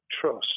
trust